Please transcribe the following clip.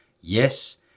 Yes